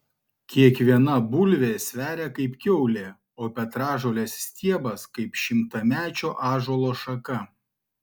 kiekviena bulvė sveria kaip kiaulė o petražolės stiebas kaip šimtamečio ąžuolo šaka